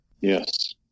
Yes